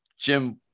Jim